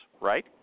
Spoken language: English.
right